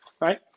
right